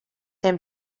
him